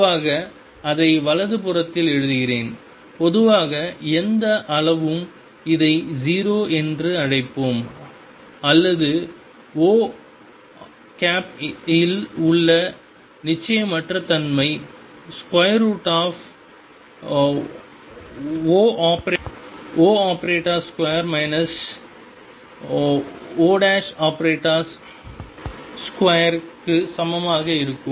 பொதுவாக அதை வலது புறத்தில் எழுதுகிறேன் பொதுவாக எந்த அளவுக்கும் இதை O என்று அழைப்போம் அல்லது O இல் உள்ள நிச்சயமற்ற தன்மை ⟨O2⟩ ⟨O⟩2 க்கு சமமாக இருக்கும்